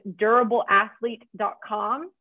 durableathlete.com